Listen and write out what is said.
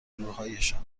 گروهایشان